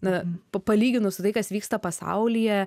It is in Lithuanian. na pa palyginus su tai kas vyksta pasaulyje